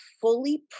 fully